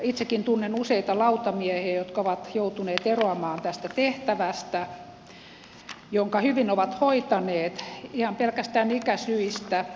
itsekin tunnen useita lautamiehiä jotka ovat joutuneet eroamaan tästä tehtävästä jonka hyvin ovat hoitaneet ihan pelkästään ikäsyistä